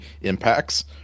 impacts